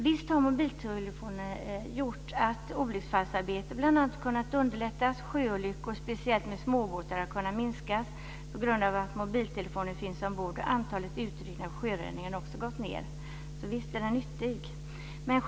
Visst har mobiltelefoner gjort att bl.a. olycksfallsarbete har kunnat underlättas. Sjöolyckor, speciellt med småbåtar, har kunnat minskas på grund av att mobiltelefoner funnits ombord. Antalet utryckningar av sjöräddningen har också minskat. Så visst är mobiltelefonen till nytta.